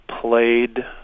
played